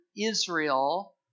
Israel